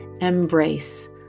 embrace